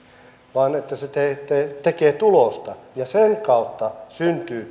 vaan että se tekee tulosta ja sen kautta syntyy